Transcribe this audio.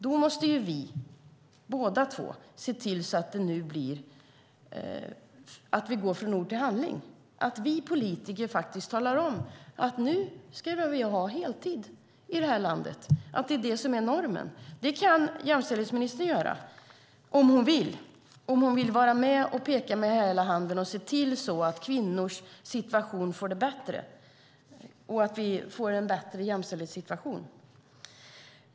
Då måste vi båda två se till att vi går från ord till handling. Det handlar om att vi politiker talar om att vi nu ska ha heltid i det här landet och att det är normen. Det kan jämställdhetsministern göra om hon vill och om hon vill vara med och peka med hela handen och se till att kvinnor får det bättre och att vi får en bättre jämställdhetssituation.